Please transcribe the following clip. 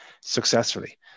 successfully